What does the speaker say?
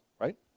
right